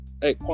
Hey